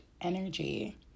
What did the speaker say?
energy